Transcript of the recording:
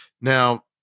Now